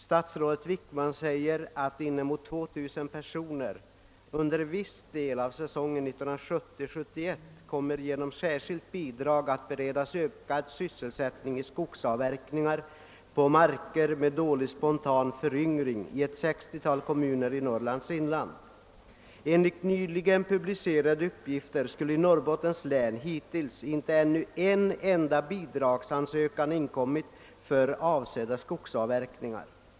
Statsrådet Wickman säger att närmare 2 000 personer under viss del av säsongen 1970/1971 genom särskilt bidrag kommer att beredas ökad sysselsättning i skogsavverkningar på mark med dålig spontan föryngring i ett sextiotal kommuner i Norrlands inland. Enligt nyligen publicerade uppgifter skulle i Norrbottens län hittills inte en enda bidragsansökan ha inkommit för avsedda skogsavverkningar.